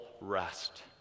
rest